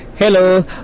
Hello